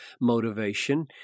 motivation